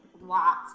lots